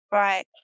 right